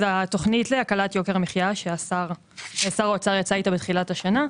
אז התכנית להקלת יוקר המחיה ששר האוצר יצא איתה בתחילת השנה,